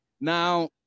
Now